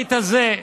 בבית הזה,